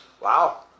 Wow